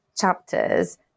chapters